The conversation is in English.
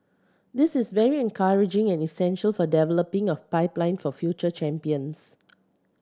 this is very encouraging and essential for developing our pipeline of future champions